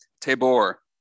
Tabor